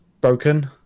broken